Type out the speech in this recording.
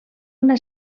una